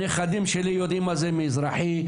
הנכדים שלי יודעים מה זה מזרחי,